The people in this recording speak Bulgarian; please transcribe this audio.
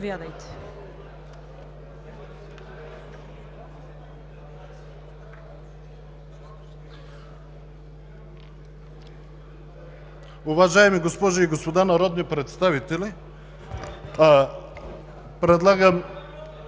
Уважаеми госпожи и господа народни представители! Предлагам